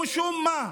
משום מה,